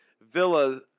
Villa